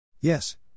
Yes